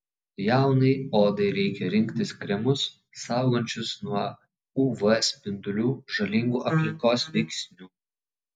jaunai odai reikia rinktis kremus saugančius nuo uv spindulių žalingų aplinkos veiksnių